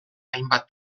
hainbat